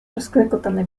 rozklekotane